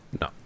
No